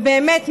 באמת,